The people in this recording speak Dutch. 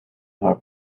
haar